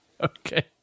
Okay